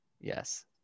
yes